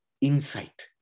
insight